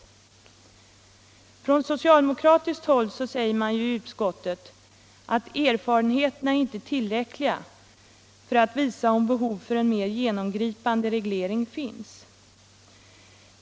Socialdemokraterna i utskottet säger i sin reservation att erfarenheterna inte är tillräckliga för att visa om behov av en mer genomgripande reglering finns.